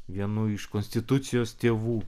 vienu iš konstitucijos tėvų